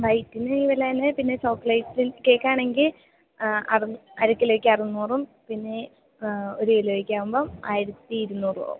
വൈറ്റിന് ഈ വില തന്നെ പിന്നെ ചോക്ലേറ്റ് കേക്കാണെങ്കിൽ അറുന്നൂറ് അര കിലോക്ക് അറുന്നൂറും പിന്നേ ഒരു കിലോക്കാകുമ്പോൾ ആയിരത്തി ഇരുന്നൂറും ആകും